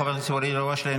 חבר הכנסת ואליד אלהואשלה,